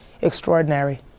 extraordinary